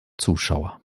zuschauer